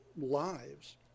lives